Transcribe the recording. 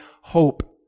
hope